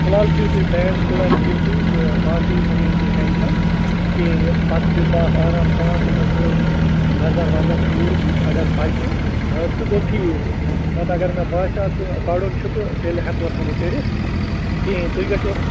فِلحال کھیٚیِو تُہۍ پین کِلَر کھیٚیِو تُہۍ تہٕ باقٕے مہٕ ہیٚیِو تُہۍ ٹٮ۪نٛشَن کِہیٖنۍ نہِ پتہٕ دِمہٕ بہٕ اَتھ آرام سان دِمَس بہٕ نظر وَظر پوٗرٕ بہٕ وٕچھ اَگر بَچہٕ دَنٛد تہٕ گوٚو ٹھیٖک نَتہٕ اَگر مےٚ باسیو تہٕ کَڑُن چھُ تہٕ تیٚلہِ ہٮ۪کوس نہٕ وۄںۍ کٔرِتھ کِہیٖنۍ تُہۍ گَژھیو